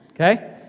okay